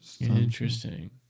Interesting